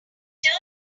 turns